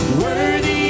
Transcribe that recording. worthy